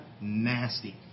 nasty